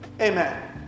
Amen